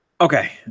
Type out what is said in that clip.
Okay